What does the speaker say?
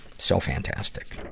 so fantastic.